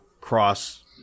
cross